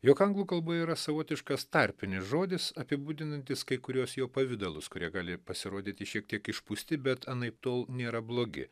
jog anglų kalboje yra savotiškas tarpinis žodis apibūdinantis kai kuriuos jo pavidalus kurie gali pasirodyti šiek tiek išpūsti bet anaiptol nėra blogi